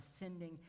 ascending